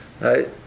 Right